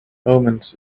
omens